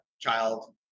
child